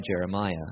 Jeremiah